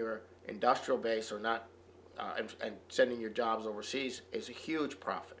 your industrial base or not and and sending your jobs overseas is a huge profit